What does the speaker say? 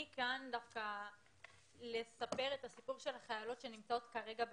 אני כאן דווקא לספר את הסיפור של החיילות שנמצאות כרגע בצה"ל.